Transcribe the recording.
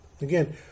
Again